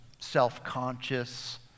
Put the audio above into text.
Self-conscious